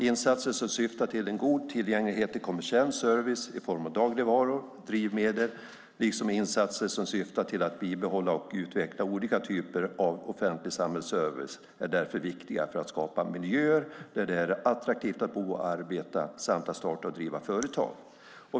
Insatser som syftar till en god tillgänglighet till kommersiell service i form av dagligvaror och drivmedel, liksom insatser som syftar till att bibehålla och utveckla olika typer av offentlig samhällsservice, är därför viktiga för att skapa miljöer där det är attraktivt att bo och arbeta samt starta och driva företag."